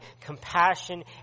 compassion